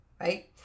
right